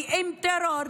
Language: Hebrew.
כי אם טרור,